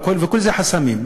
וכל אלה חסמים.